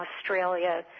Australia